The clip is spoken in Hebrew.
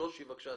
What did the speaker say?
שושי בבקשה.